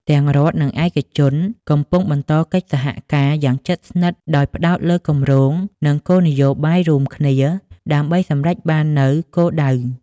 ទាំងរដ្ឋ និងឯកជនកំពុងបន្តកិច្ចសហការ យ៉ាងជិតស្និទ្ធ ដោយផ្តោតលើគម្រោង និងគោលនយោបាយរួមគ្នាដើម្បីសម្រេចបាននូវគោលដៅ។